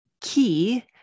key